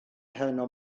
heno